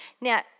Now